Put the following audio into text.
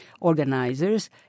organizers